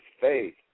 faith